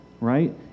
right